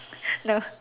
no